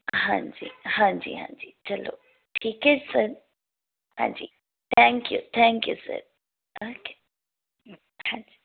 ਹਾਂਜੀ ਹਾਂਜੀ ਹਾਂਜੀ ਚਲੋ ਠੀਕ ਹੈ ਸਰ ਹਾਂਜੀ thank you thank you sir okay thank you